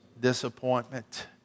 disappointment